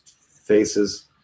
faces